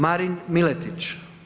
Marin Miletić.